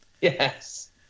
Yes